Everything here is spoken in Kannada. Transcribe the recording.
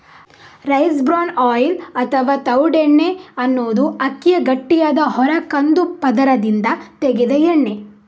ರೈಸ್ ಬ್ರಾನ್ ಆಯಿಲ್ ಅಥವಾ ತವುಡೆಣ್ಣೆ ಅನ್ನುದು ಅಕ್ಕಿಯ ಗಟ್ಟಿಯಾದ ಹೊರ ಕಂದು ಪದರದಿಂದ ತೆಗೆದ ಎಣ್ಣೆ